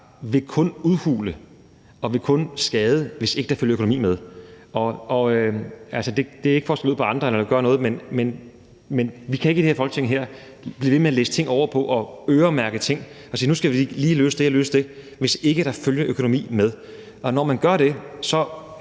vil udhule og kun vil skade, hvis ikke der følger økonomi med. Og altså, det er ikke for at skyde på andre eller at gøre sådan noget, men vi kan ikke i det her Folketing blive ved med at læsse på, i forhold til at man skal øremærke ting, og sige, at nu skal vi lige løse det og lige løse det, hvis ikke der følger økonomi med. Når man gør det, så